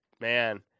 Man